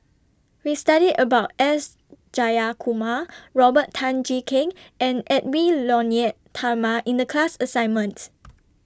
We studied about S Jayakumar Robert Tan Jee Keng and Edwy Lyonet Talma in The class assignment